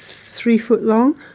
three foot long